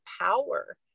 power